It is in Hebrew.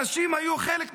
הנשים היו חלק מהן,